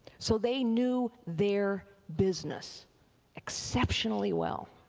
so they knew their business exceptionally well,